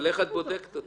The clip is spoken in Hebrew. איך את בודקת אותה?